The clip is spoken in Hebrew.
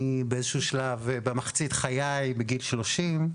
באיזה שהוא שלב במחצית חיי, בגיל 30,